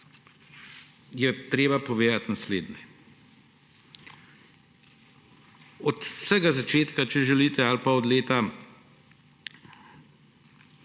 je treba povedati naslednje. Od vsega začetka, če želite, ali pa ne vem,